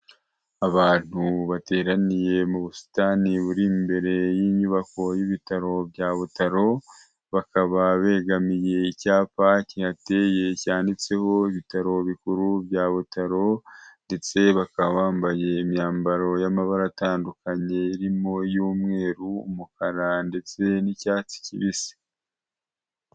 Abantu bateraniye mu busitani buri imbere y'inyubako y'ibitaro bya Butaro, bakaba begamiye icyapa kihateye cyanditseho ibitaro bikuru bya Butaro ndetse bakaba bambaye imyambaro y'amabara atandukanye irimo iy'umweru, umukara ndetse n'icyatsi kibisi.